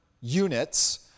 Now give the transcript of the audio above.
units